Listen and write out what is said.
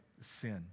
sin